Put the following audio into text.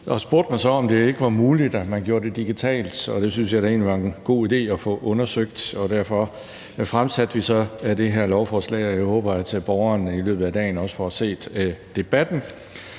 spurgte mig, om det ikke var muligt, at man gjorde det digitalt, og det syntes jeg da egentlig var en god idé at få undersøgt. Derfor fremsatte vi så det her beslutningsforslag, og jeg håber, at borgeren i løbet af dagen også får set debatten.